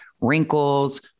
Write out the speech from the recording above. wrinkles